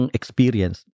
experience